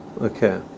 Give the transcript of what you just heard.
Okay